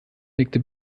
nickte